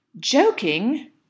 joking